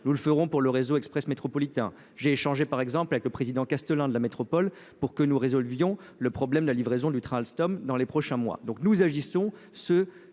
nous le ferons pour le réseau Express métropolitain, j'ai changé, par exemple avec le président Castelain, de la métropole pour que nous résolvions le problème : la livraison du train Alstom dans les prochains mois, donc nous agissons ce